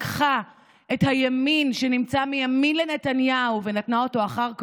ולקחה את הימין שנמצא מימין לנתניהו ונתנה אותו אחר כבוד,